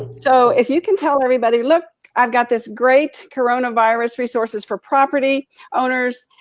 so if you can tell everybody, look i've got this great coronavirus resources for property owners,